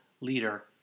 leader